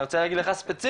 אני רוצה להגיד לך ספציפית,